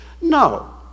No